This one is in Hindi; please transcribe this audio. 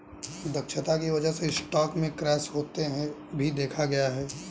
दक्षता की वजह से स्टॉक में क्रैश होते भी देखा गया है